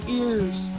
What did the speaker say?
ears